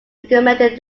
recommended